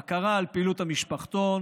בקרה על פעילות המשפחתון,